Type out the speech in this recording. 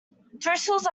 thistles